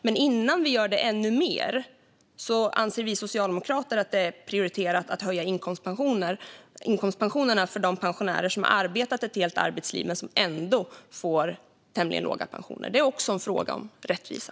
Men innan vi gör det ännu mer anser vi socialdemokrater att det är prioriterat att höja inkomstpensionerna för de pensionärer som har arbetat ett helt arbetsliv men som ändå får tämligen låga pensioner. Det är också en fråga om rättvisa.